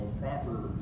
proper